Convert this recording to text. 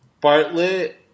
Bartlett